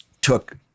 took